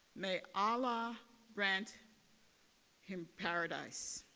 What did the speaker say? may allah grant him paradise.